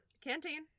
Canteen